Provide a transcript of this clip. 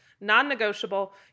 non-negotiable